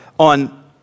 on